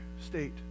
state